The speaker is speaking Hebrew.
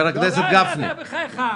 לא, בחייך.